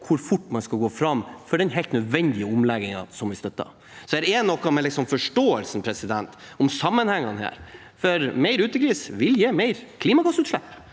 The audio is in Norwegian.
hvor fort man skal gå fram i den helt nødvendige omleggingen, som vi støtter. Det er noe med forståelsen for sammenhengene her – for mer utegris vil gi mer klimagassutslipp,